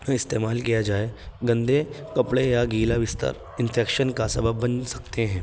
استعمال کیا جائے گندے کپڑے یا گیلا بستر انفیکشن کا سبب بن سکتے ہیں